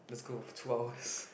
let's go two hours